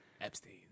Epstein